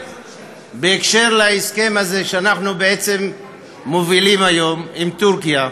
בעניין ההסכם הזה שאנחנו בעצם מובילים היום עם טורקיה,